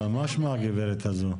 מה שמה של הגברת הזאת?